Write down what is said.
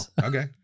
okay